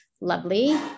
Lovely